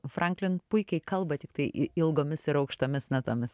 franklin puikiai kalba tiktai ilgomis ir aukštomis natomis